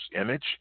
image